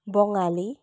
বঙালী